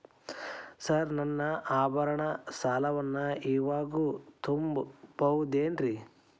Sir ನನ್ನ ಆಭರಣ ಸಾಲವನ್ನು ಇವಾಗು ತುಂಬ ಬಹುದೇನ್ರಿ?